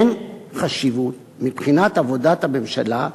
אין חשיבות, מבחינת עבודת הממשלה,